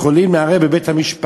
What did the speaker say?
הם יכולים לערער בבית-המשפט.